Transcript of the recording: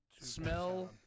smell